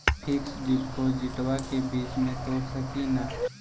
Fix डिपोजिटबा के बीच में तोड़ सकी ना?